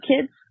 kids